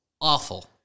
awful